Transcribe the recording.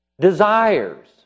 desires